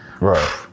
right